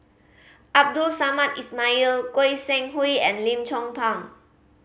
Abdul Samad Ismail Goi Seng Hui and Lim Chong Pang